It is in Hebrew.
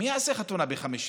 מי יעשה חתונה ב-50?